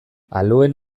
aluen